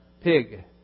pig